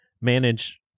manage